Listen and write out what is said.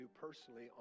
personally